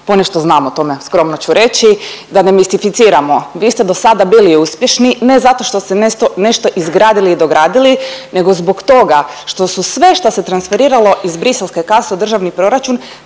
ponešto znam o tome skromno ću reći. Da ne mistificiramo vi ste dosada bili uspješni ne zato što ste nešto izgradili i dogradili nego zbog toga što su sve šta se transferiralo iz briselske kase u državni proračun